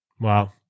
Wow